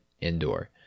indoor